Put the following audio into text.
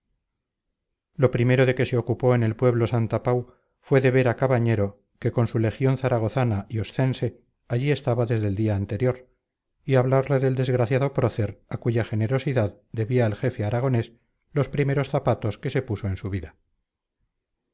lo primero de que se ocupó en el pueblo santapau fue de ver a cabañero que con su legión zaragozana y oscense allí estaba desde el día anterior y hablarle del desgraciado prócer a cuya generosidad debía el jefe aragonés los primeros zapatos que se puso en su vida